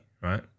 right